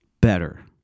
better